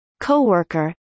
co-worker